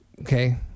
Okay